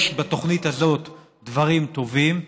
יש בתוכנית הזאת דברים טובים,